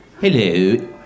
Hello